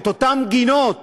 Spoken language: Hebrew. את אותן גינות